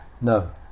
No